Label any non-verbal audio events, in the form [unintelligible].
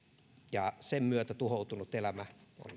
ja sen myötä tuhoutunut elämä on [unintelligible]